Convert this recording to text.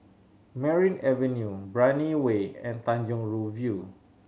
Merryn Avenue Brani Way and Tanjong Rhu View